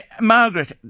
Margaret